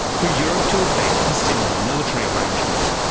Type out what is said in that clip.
for europe to effect a similar military arrangement.